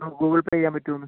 Google Pay ചെയ്യാൻ പറ്റുമോ എന്ന്